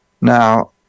now